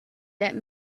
that